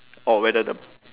or whether the